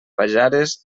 pajares